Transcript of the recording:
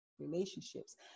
relationships